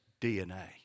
DNA